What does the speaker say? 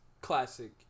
classic